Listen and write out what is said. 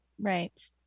Right